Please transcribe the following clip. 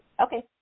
Okay